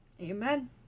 Amen